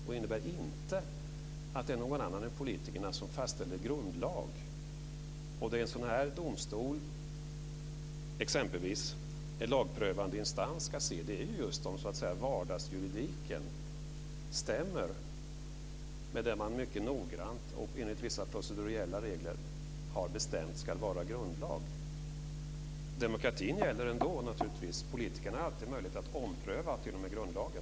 Det innebär inte heller att det är någon annan än politikerna som fastställer grundlag. En sådan domstol, exempelvis en lagprövande instans, ska se till om vardagsjuridiken stämmer med det man mycket noggrant och enligt vissa procedurregler har bestämt ska vara grundlag. Demokratin gäller naturligtvis ändå. Politikerna har alltid möjlighet att ompröva t.o.m. grundlagen.